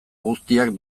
guztiak